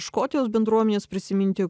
škotijos bendruomenes prisiminti